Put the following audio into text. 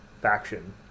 faction